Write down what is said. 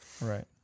Right